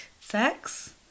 sex